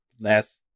last